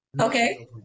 Okay